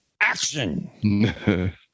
action